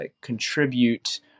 contribute